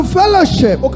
fellowship